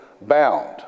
bound